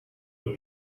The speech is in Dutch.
het